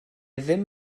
ddim